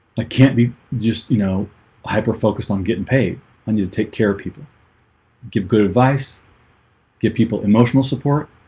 i can't be just you know hyper focused on getting paid i need to take care of people give good advice get people emotional support